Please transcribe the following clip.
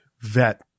vet